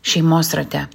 šeimos rate